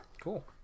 Cool